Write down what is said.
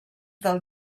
del